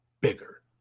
bigger